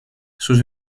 sus